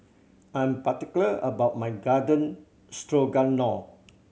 I'm particular about my Garden Stroganoff